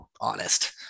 honest